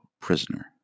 prisoner